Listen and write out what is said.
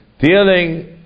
dealing